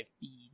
feed